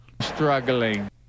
struggling